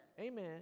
Amen